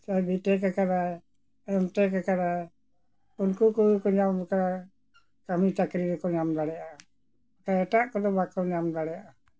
ᱥᱮ ᱵᱤᱴᱮᱴ ᱟᱠᱟᱫᱟᱭ ᱮᱢᱴᱮᱠ ᱟᱠᱟᱫᱟᱭ ᱩᱱᱠᱩ ᱠᱚᱜᱮ ᱠᱚ ᱧᱟᱢ ᱟᱠᱟᱫᱟ ᱠᱟᱹᱢᱤ ᱪᱟᱹᱠᱨᱤ ᱨᱮᱠᱚ ᱧᱟᱢ ᱫᱟᱲᱮᱭᱟᱜᱼᱟ ᱮᱴᱟᱜ ᱠᱚᱫᱚ ᱵᱟᱠᱚ ᱧᱟᱢ ᱫᱟᱲᱮᱭᱟᱜᱼᱟ